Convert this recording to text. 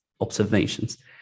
observations